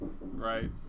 right